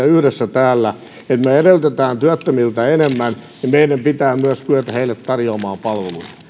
yhdessä täällä uudistuksia joissa me edellytämme työttömiltä enemmän niin meidän pitää myös kyetä heille tarjoamaan